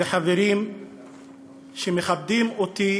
וחברים שמכבדים אותי